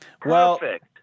Perfect